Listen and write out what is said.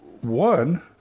one